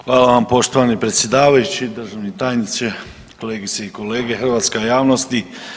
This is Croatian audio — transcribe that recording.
Hvala vam poštovani predsjedavajući, državni tajniče, kolegice i kolege, hrvatska javnosti.